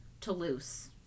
Toulouse